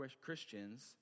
Christians